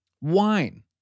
wine